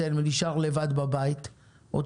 על